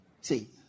see